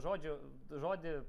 žodžių žodį